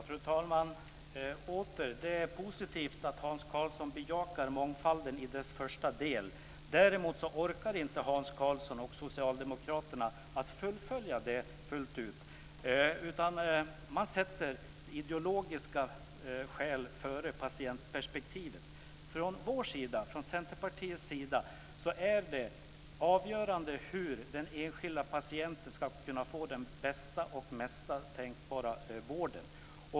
Fru talman! Återigen: Det är positivt att Hans Karlsson bejakar mångfalden i dess första del. Däremot orkar inte Hans Karlsson och socialdemokraterna att fullfölja det, utan man sätter ideologiska skäl före patientperspektivet. Från Centerpartiets sida är det avgörande hur den enskilda patienten ska kunna få den bästa och mesta tänkbara vården.